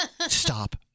Stop